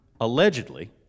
allegedly